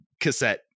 cassette